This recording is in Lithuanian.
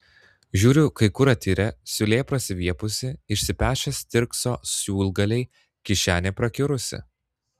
žiūriu kai kur atirę siūlė prasiviepusi išsipešę stirkso siūlgaliai kišenė prakiurusi